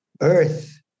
Earth